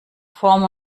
form